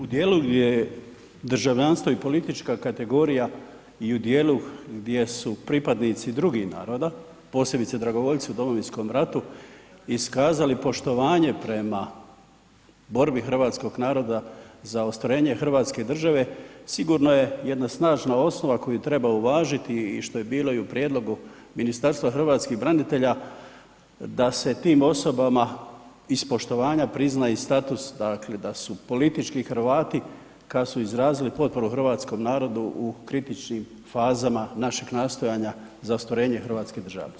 U dijelu gdje je državljanstvo i politička kategorija i u dijelu gdje su pripadnici drugih naroda, posebice dragovoljci u Domovinskom ratu iskazali poštovanje prema borbi hrvatskog naroda za ostvarenje Hrvatske države sigurno je jedna snažna osnova koju treba uvažiti i što je bilo i u prijedlogu Ministarstva hrvatskih branitelja da se tim osobama iz poštovanja prizna i status, dakle da su politički Hrvati kad su izrazili potporu hrvatskom narodu u kritičnim fazama našeg nastojanja za ostvarenje hrvatske državnosti.